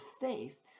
faith